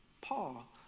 Paul